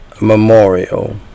Memorial